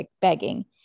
begging